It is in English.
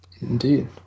indeed